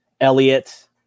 Elliot